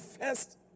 first